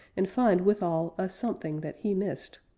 and find withal a something that he missed.